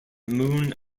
moon